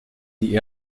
die